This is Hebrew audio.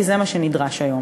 כי זה מה שנדרש היום.